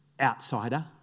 outsider